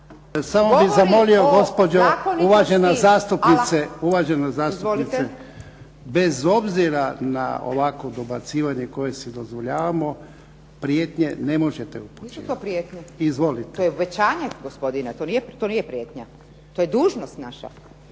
Samo bih zamolio gospođo uvažena zastupnice, bez obzira na ovakvo dobacivanje koje si dozvoljavamo prijetnje ne možete upućivati. Izvolite. **Antičević Marinović, Ingrid (SDP)** Nisu to prijetnje. To je obećanje,